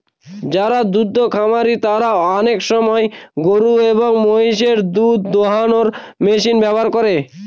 যারা দুদ্ধ খামারি তারা আনেক সময় গরু এবং মহিষদের দুধ দোহানোর মেশিন ব্যবহার করে